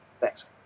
Thanks